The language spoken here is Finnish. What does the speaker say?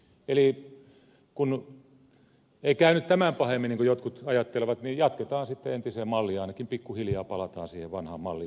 eli kun ei käynyt tämän pahemmin niin kuin jotkut ajattelevat jatketaan sitten entiseen malliin ja ainakin pikkuhiljaa palataan siihen vanhaan malliin